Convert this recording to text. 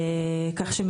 אחרות.